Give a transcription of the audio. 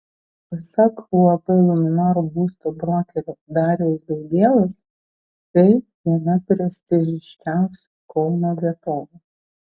pasak uab luminor būsto brokerio dariaus daugėlos tai viena prestižiškiausių kauno vietovių